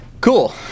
Cool